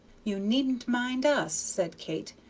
you needn't mind us, said kate.